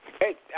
Hey